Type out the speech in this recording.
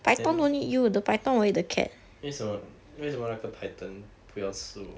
then 为什么为什么那个 python 不要吃我